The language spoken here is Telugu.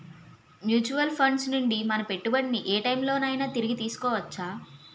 మ్యూచువల్ ఫండ్స్ నుండి మన పెట్టుబడిని ఏ టైం లోనైనా తిరిగి తీసుకోవచ్చా?